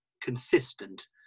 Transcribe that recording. consistent